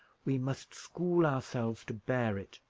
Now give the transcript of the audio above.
we must school ourselves to bear it,